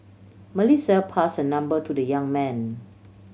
Melissa pass her number to the young man